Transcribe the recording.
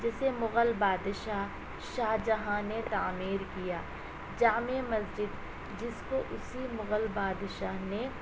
جسے مغل بادشاہ شاہ جہاں نے تعمیر کیا جامع مسجد جس کو اسی مغل بادشاہ نے